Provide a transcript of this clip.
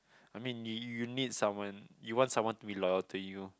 I mean you need someone you want someone to be loyal to you